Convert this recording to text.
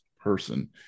person